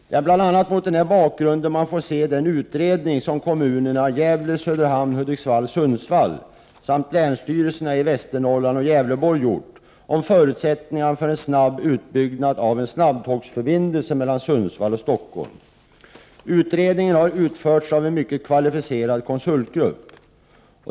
Det är bl.a. mot den bakgrunden man får se den utredning som kommunerna Gävle, Söderhamn, Hudiksvall och Sundsvall samt länsstyrelserna i Västernorrland och Gävleborg gjort om förutsättningarna för en snabb utbyggnad av en snabbtågsförbindelse mellan Sundsvall och Stockholm. Utredningen har utförts av en mycket kvalificerad konsultgrupp.